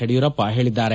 ಯಡಿಯೂರಪ್ಪ ಹೇಳಿದ್ದಾರೆ